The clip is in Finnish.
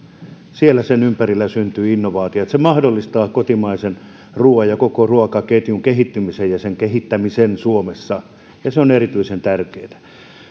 sen ympärillä syntyvät innovaatiot se mahdollistaa kotimaisen ruoan ja koko ruokaketjun kehittymisen ja sen kehittämisen suomessa ja se on erityisen tärkeää